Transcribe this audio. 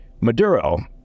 Maduro